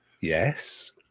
yes